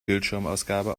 bildschirmausgabe